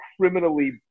criminally